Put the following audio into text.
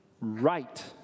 right